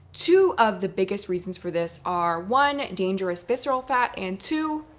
two of the biggest reasons for this are, one, dangerous visceral fat and, two,